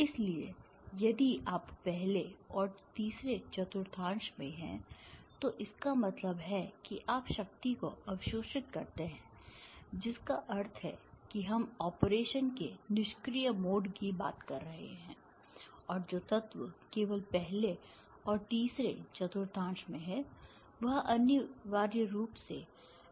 इसलिए यदि आप पहले और तीसरे चतुर्थांश में हैं तो इसका मतलब है कि आप शक्ति को अवशोषित करते हैं जिसका अर्थ है कि हम ऑपरेशन के निष्क्रिय मोड की बात कर रहे हैं और जो तत्व केवल पहले और तीसरे चतुर्थांश में है वह अनिवार्य रूप से निष्क्रिय तत्व है